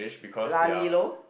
lah li lor